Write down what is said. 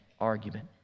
argument